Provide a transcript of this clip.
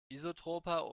isotroper